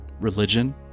religion